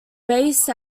based